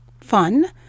fun